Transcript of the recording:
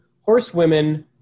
horsewomen